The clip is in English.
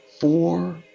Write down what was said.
four